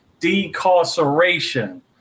decarceration